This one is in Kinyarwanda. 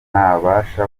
ntabasha